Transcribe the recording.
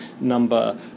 number